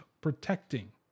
protecting